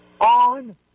on